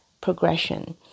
progression